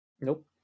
Nope